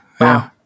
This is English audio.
Wow